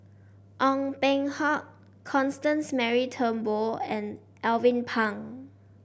Ong Peng Hock Constance Mary Turnbull and Alvin Pang